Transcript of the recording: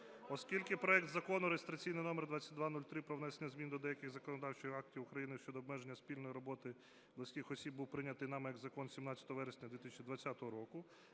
Оскільки проект Закону (реєстраційний номер 2203) про внесення змін до деяких законодавчих актів України щодо обмеження спільної роботи близьких осіб був прийнятий нами як закон 17 вересня 2020 року,